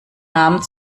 namen